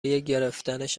گرفتنش